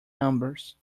numbers